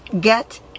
Get